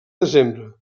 desembre